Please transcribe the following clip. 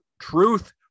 Truth